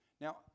Now